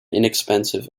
inexpensive